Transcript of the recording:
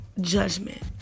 judgment